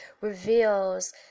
reveals